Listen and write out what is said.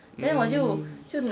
mm